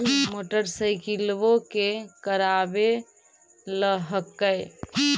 मोटरसाइकिलवो के करावे ल हेकै?